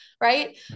right